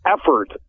Effort